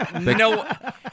no